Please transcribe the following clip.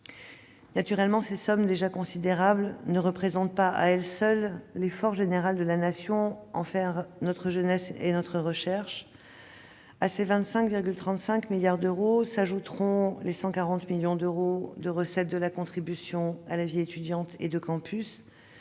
Naturellement, ces sommes déjà considérables ne représentent pas à elles seules l'effort général de la Nation envers notre jeunesse et notre recherche. À ces 25,35 milliards d'euros s'ajouteront les 140 millions d'euros de recettes de la contribution de vie étudiante et de campus